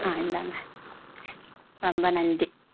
ஆ இந்தாங்க ரொம்ப நன்றி